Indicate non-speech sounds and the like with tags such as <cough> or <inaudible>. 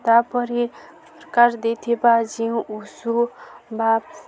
ତାପରେ ସରକାର ଦେଇଥିବା ଯେଉଁ <unintelligible> ବା